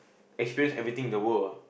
experience everything in the world ah